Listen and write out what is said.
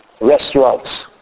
restaurants